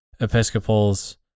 Episcopals